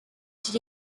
phd